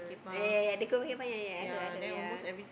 ah ya ya they coming here find I heard I heard ya